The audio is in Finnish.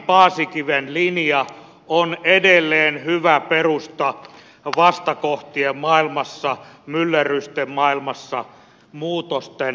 snellmaninpaasikiven linja on edelleen hyvä perusta vastakohtien maailmassa myllerrysten maailmassa muutosten maailmassa